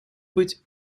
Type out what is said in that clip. быть